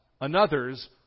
another's